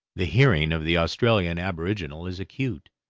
the hearing of the australian aboriginal is acute,